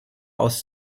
aus